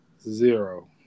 Zero